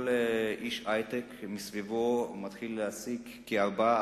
כל איש היי-טק מתחיל להעסיק מסביבו ארבעה,